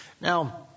Now